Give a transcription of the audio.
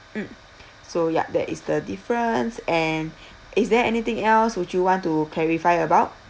mm so ya that is the difference and is there anything else would you want to clarify about